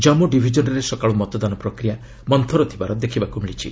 ଜନ୍ମୁ ଡିଭିଜନ୍ରେ ସକାଳୁ ମତଦାନ ପ୍ରକ୍ରିୟା ମନ୍ତର ଥିବାର ଦେଖିବାକୁ ମିଳିଛି